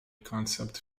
concept